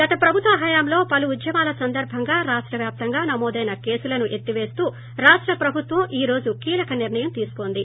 గత ప్రభుత్వ హయాంలో పలు ఉద్యమాల సందర్భంగా రాష్ట వ్యాప్తంగా నమోదైన కేసులను ఎత్తివేస్తూ రాష్ట ప్రభుత్వం ఈ రోజు కీలక నిర్ణయం తీసుకుంది